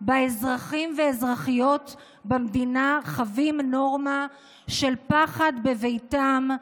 שבה אזרחים ואזרחיות במדינה חווים נורמה של פחד בביתם,